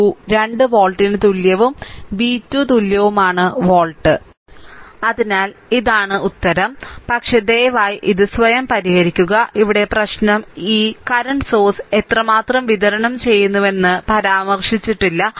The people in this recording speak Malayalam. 2 2 വോൾട്ടിന് തുല്യവും v 2 തുല്യവുമാണ് വോൾട്ട് അതിനാൽ ഇതാണ് ഉത്തരം പക്ഷേ ദയവായി ഇത് സ്വയം പരിഹരിക്കുക ഇവിടെ പ്രശ്നം ഈ നിലവിലെ ഉറവിടവും എത്രമാത്രം വിതരണം ചെയ്യുന്നുവെന്ന് പരാമർശിച്ചിട്ടില്ല